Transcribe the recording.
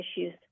issues